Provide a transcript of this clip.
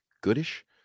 Goodish